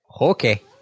Okay